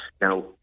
now